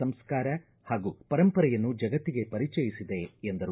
ಸಂಸ್ಕಾರ ಹಾಗೂ ಪರಂಪರೆಯನ್ನು ಜಗತ್ತಿಗೆ ಪರಿಚಯಿಸಿದೆ ಎಂದರು